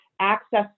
access